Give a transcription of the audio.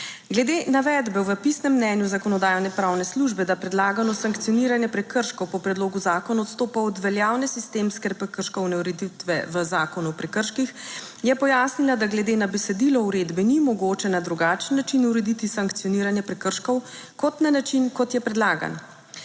Glede navedbe v pisnem mnenju Zakonodajno-pravne službe, da predlagano sankcioniranje prekrškov po predlogu zakona odstopa od veljavne sistemske prekrškovne ureditve v Zakonu o prekrških, je pojasnila, da glede na besedilo uredbe ni mogoče na drugačen način urediti sankcioniranje prekrškov kot na način, kot je predlagan